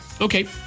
Okay